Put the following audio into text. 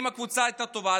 אם הקבוצה הייתה טובה,